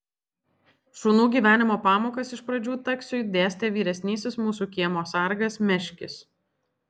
šunų gyvenimo pamokas iš pradžių taksiui dėstė vyresnysis mūsų kiemo sargas meškis